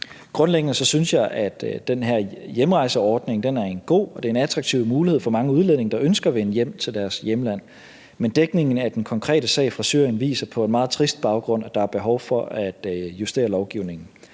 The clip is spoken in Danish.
Grundlæggende synes jeg, at den her hjemrejseordning er god. Det er en attraktiv mulighed for mange udlændinge, der ønsker at vende hjem til deres hjemland. Men dækningen af den konkrete sag fra Syrien viser på en meget trist baggrund, at der er behov for at justere lovgivningen.